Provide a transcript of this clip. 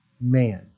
man